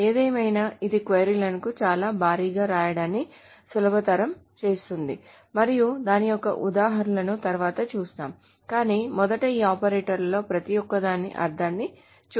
ఏదేమైనా ఇది క్వరీ ను చాలా భారీగా వ్రాయడాన్ని సులభతరం చేస్తుంది మరియు దాని యొక్క ఉదాహరణలను తరువాత చూస్తాము కాని మొదట ఈ ఆపరేటర్లలో ప్రతి ఒక్కదాని అర్ధాన్ని చూద్దాము